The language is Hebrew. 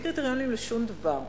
אין קריטריונים לשום דבר.